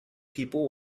people